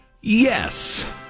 Yes